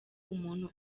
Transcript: umuntu